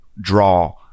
draw